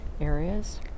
areas